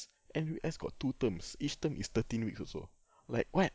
N_U_S got two terms each term is thirteen weeks also like what